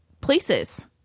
places